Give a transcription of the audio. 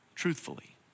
truthfully